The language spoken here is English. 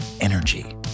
energy